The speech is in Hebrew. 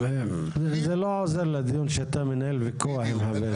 זה לא עוזר לדיון כשאתה מנהל ויכוח עם חבר כנסת.